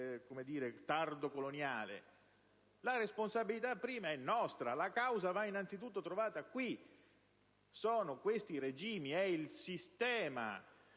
dell'Europa tardo-coloniale, ma la responsabilità prima è nostra, e la causa va innanzitutto trovata qui. Sono questi regimi, è il sistema